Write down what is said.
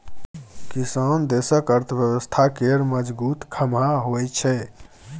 किसान देशक अर्थव्यवस्था केर मजगुत खाम्ह होइ छै